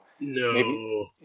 no